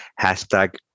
Hashtag